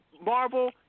Marvel